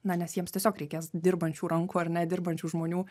na nes jiems tiesiog reikės dirbančių rankų ar ne dirbančių žmonių